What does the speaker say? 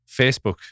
Facebook